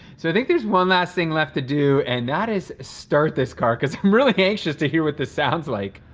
so i think there's one last thing left to do and that is start this car cause i'm really anxious to hear what this sounds like.